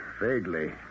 vaguely